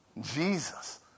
Jesus